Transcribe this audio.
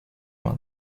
main